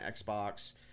Xbox